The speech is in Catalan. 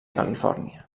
califòrnia